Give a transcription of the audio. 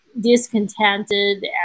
discontented